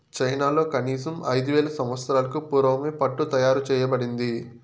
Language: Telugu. చైనాలో కనీసం ఐదు వేల సంవత్సరాలకు పూర్వమే పట్టు తయారు చేయబడింది